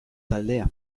taldea